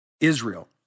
Israel